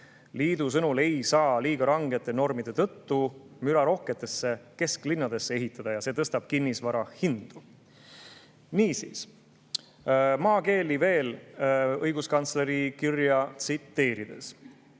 Liidu sõnul ei saa liiga rangete normide tõttu mürarohketesse kesklinnadesse ehitada ja see tõstab kinnisvara hinda. Niisiis, tsiteerin veel õiguskantslerit.